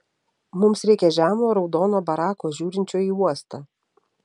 mums reikia žemo raudono barako žiūrinčio į uostą